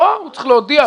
הוא צריך להודיע.